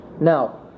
Now